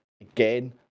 Again